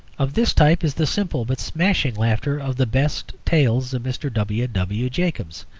of this type is the simple but smashing laughter of the best tales of mr. w. w. jacobs,